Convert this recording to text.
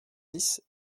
dix